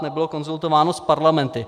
Nebylo konzultováno s parlamenty.